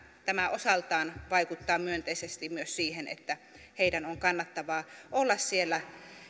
tämä osaltaan vaikuttaa myönteisesti myös siihen että heidän on kannattavaa olla siellä